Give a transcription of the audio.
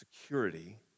security